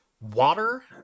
water